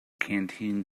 canteen